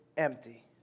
empty